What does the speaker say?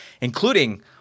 including